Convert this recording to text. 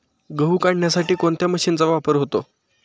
गहू काढण्यासाठी कोणत्या मशीनचा वापर होतो?